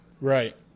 Right